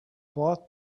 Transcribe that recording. bought